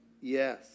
yes